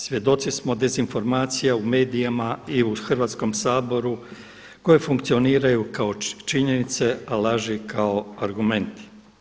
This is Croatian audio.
Svjedoci smo dezinformacija u medijima i u Hrvatskom saboru koje funkcioniraju kao činjenice, a laži kao argumenti.